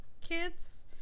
kids